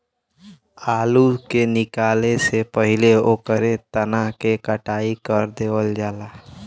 आलू के निकाले से पहिले ओकरे तना क कटाई कर देवल जाला